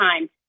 time